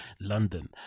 London